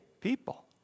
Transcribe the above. people